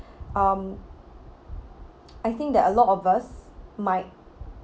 um I think that a lot of us might